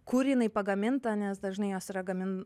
kur jinai pagaminta nes dažnai jos yra gamin